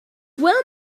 wilma’s